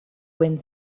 wind